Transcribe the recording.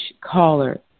caller